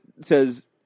says